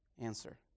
answer